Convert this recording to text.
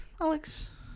Alex